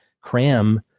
cram